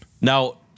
Now